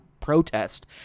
protest